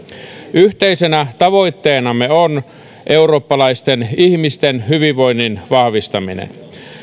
yhteisenä tavoitteenamme on eurooppalaisten ihmisten hyvinvoinnin vahvistaminen